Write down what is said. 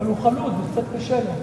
אבל הוא חלוד, וקצת קשה לו.